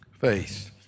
faith